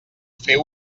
fer